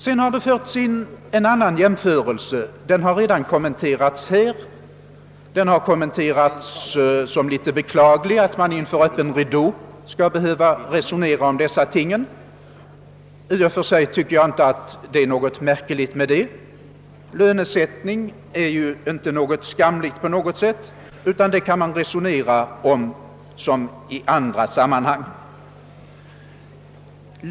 Vidare har det också gjorts en annan jämförelse som redan har kommenterats här, nämligen med kammarsekreterarna. Man har sagt att det är beklagligt att behöva resonera om lönefrågor inför öppen ridå. Det tycker jag nu inte i och för sig är så märkligt. Lönesättning är ju inte något skamligt. Den kan man resonera om på samma sätt som andra frågor.